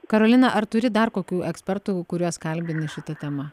karolina ar turi dar kokių ekspertų kuriuos kalbini šita tema